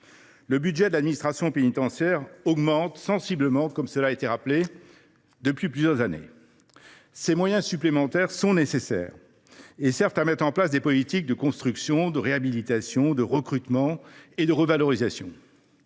le budget de l’administration pénitentiaire augmente sensiblement depuis plusieurs années. Ces moyens supplémentaires sont nécessaires pour mettre en place des politiques de construction, de réhabilitation, de recrutement et de revalorisation.